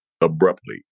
abruptly